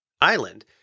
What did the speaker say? island